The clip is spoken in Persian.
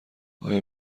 آیا